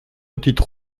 petite